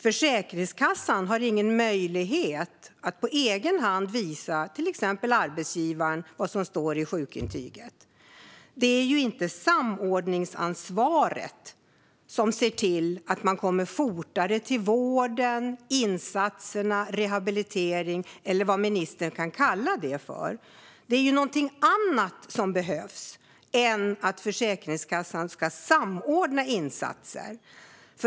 Försäkringskassan har ingen möjlighet att på egen hand visa exempelvis arbetsgivaren vad som står i sjukintyget. Det är inte samordningsansvaret som ser till att man kommer fortare till vården, insatserna, rehabiliteringen eller vad nu ministern kan kalla det för. Det är ju någonting annat som behövs än att Försäkringskassan ska samordna insatser.